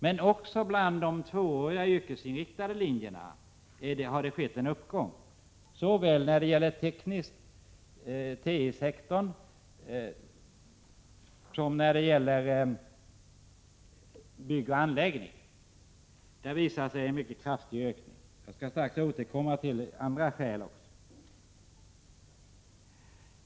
Men också bland de tvååriga yrkesinriktade linjerna har det skett en kraftig uppgång såväl när det gäller TI-sektorn som när det gäller byggoch anläggningssektorn. Jag skall strax återkomma till skälen härför.